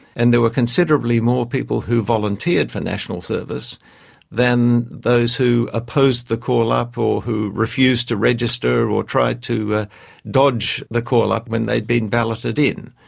and there were considerably more people who volunteered for national service than those who opposed the call-up or who refused to register or tried to dodge the call-up when they had been balloted in.